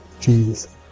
Jesus